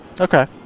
Okay